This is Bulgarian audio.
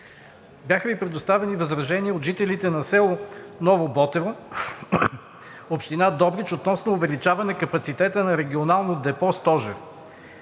бяха Ви предоставени възражения от жителите на село Ново Ботево, община Добрич, относно увеличаване капацитета на регионално депо –